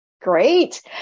Great